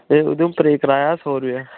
उधमपुरै कराया सौ रपेआ